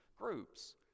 groups